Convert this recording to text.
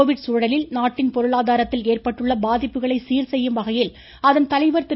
Covid சூழலில் நாட்டின் பொருளாதாரத்தில் ஏற்பட்டுள்ள பாதிப்புகளை சீர்செய்யும் வகையில் அதன் தலைவர் திரு